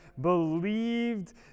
believed